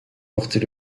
porter